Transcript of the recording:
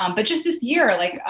um but just this year, like